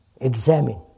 examine